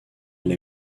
elle